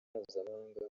mpuzamahanga